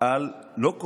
לא על קוטביות